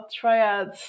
triads